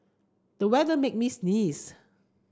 the weather made me sneeze